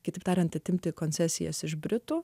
kitaip tariant atimti koncesijas iš britų